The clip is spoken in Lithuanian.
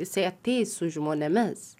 jisai ateis su žmonėmis